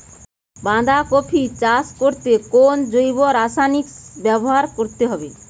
বাঁধাকপি চাষ করতে কোন জৈব রাসায়নিক ব্যবহার করতে হবে?